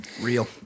Real